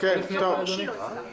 אדוני, אפשר להתחיל?